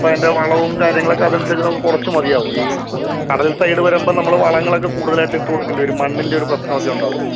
അപ്പം അതിൻ്റെ വളവും കാര്യങ്ങളക്കെ അതനുസരിച്ച് നമുക്ക് കുറച്ച് മതിയാവും ഈ കടൽ സൈഡ് വരുമ്പം നമ്മൾ വളങ്ങളൊക്കെ കൂടുതലായിട്ട് ഇട്ട് കൊടുക്കേണ്ടി വരും മണ്ണിൻ്റെ ഒരു പ്രശ്നമൊക്കെ ഉണ്ടാവും